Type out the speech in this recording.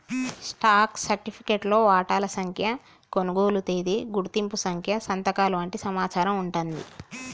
stock సర్టిఫికేట్లో వాటాల సంఖ్య, కొనుగోలు తేదీ, గుర్తింపు సంఖ్య సంతకాలు వంటి సమాచారం వుంటాంది